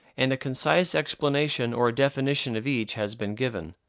and a concise explanation or definition of each has been given.